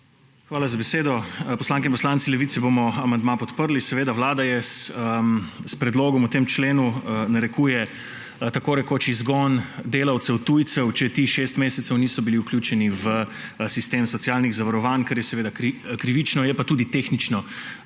Hvala za besedo. Poslanke in poslanci Levice bomo amandma podprli. Vlada s predlogom v tem členu narekuje tako rekoč izgon delavcev tujcev, če ti šest mesecev niso bili vključeni v sistem socialnih zavarovanj, kar je seveda krivično, je pa tudi tehnično